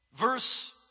verse